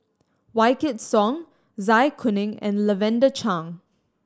Wykidd Song Zai Kuning and Lavender Chang